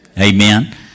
Amen